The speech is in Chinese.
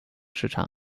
市场